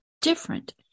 different